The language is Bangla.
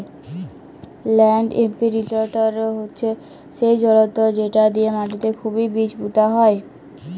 ল্যাল্ড ইমপিরিলটর হছে সেই জলতর্ যেট দিঁয়ে মাটিতে খুবই বীজ পুঁতা হয়